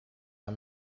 han